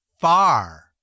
far